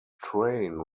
train